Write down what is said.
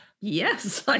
yes